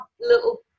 little